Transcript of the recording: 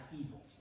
evil